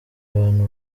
abantu